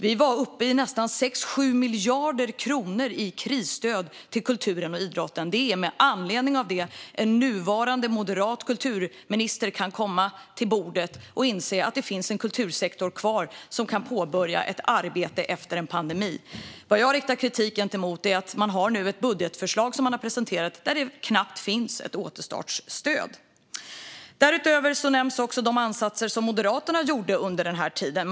Vi var uppe i nästan 6-7 miljarder kronor i krisstöd till kulturen och idrotten. Det är tack vare det som den nuvarande moderata kulturministern kan komma till bordet och inse att det finns kvar en kultursektor som kan påbörja ett arbete efter pandemin. Vad jag riktar kritik mot är att man nu har presenterat ett budgetförslag där det knappt finns ett återstartsstöd. Därutöver nämns Moderaternas ansatser under den här tiden.